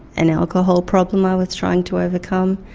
an alcohol problem i was trying to overcome.